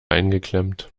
eingeklemmt